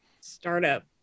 startup